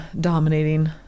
dominating